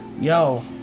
Yo